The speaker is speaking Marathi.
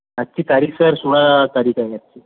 आजची तारीख सर सोळा तारीख आहे आजची